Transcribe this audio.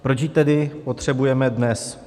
Proč ji tedy potřebujeme dnes?